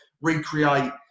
recreate